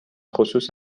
خصوص